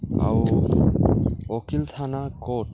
ଆଉ ଓକିଲ୍ ଥାନା କୋର୍ଟ୍